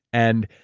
and,